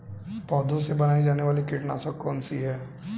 पौधों से बनाई जाने वाली कीटनाशक कौन सी है?